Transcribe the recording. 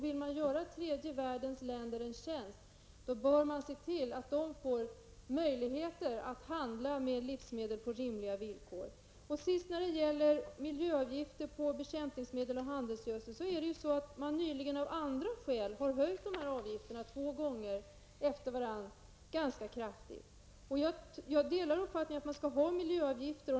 Vill man göra tredje världens länder en tjänst, bör man se till att de får möjlighet att handla med livsmedel på rimliga villkor. Man har nyligen av andra skäl två gånger efter varandra ganska kraftigt höjt miljöavgifterna på bekämpningsmedel och handelsgödsel. Jag delar uppfattningen att man skall ha miljöavgifter.